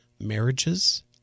marriages